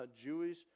Jewish